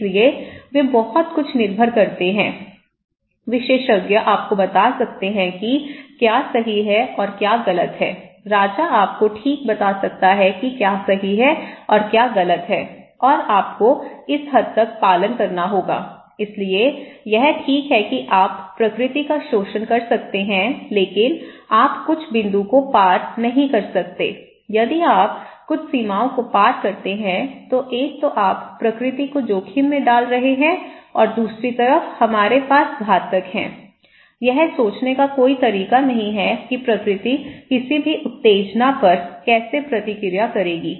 इसलिए वे बहुत कुछ निर्भर करते हैं विशेषज्ञ आपको बता सकते हैं कि क्या सही है और क्या गलत है राजा आपको ठीक बता सकता है कि क्या सही है और क्या गलत है और आपको इस हद तक पालन करना होगा इसलिए यह ठीक है कि आप प्रकृति का शोषण कर सकते हैं लेकिन आप कुछ बिंदु को पार नहीं कर सकते यदि आप कुछ सीमाओं को पार करते हैं तो एक तो आप प्रकृति को जोखिम में डाल रहे हैं और दूसरी तरफ हमारे पास घातक हैं यह सोचने का कोई तरीका नहीं है कि प्रकृति किसी भी उत्तेजना पर कैसे प्रतिक्रिया करेगी